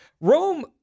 Rome